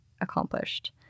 accomplished